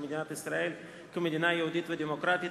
מדינת ישראל כמדינה יהודית ודמוקרטית),